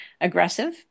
aggressive